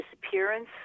disappearance